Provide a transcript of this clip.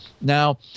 Now